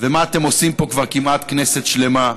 ומה אתם עושים פה כבר כמעט כנסת שלמה.